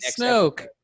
Snoke